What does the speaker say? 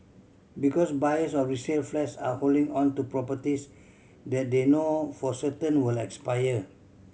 because buyers of resale flats are holding on to properties that they know for certain will expire